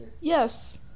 Yes